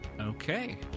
Okay